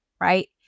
right